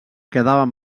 quedaven